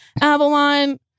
Avalon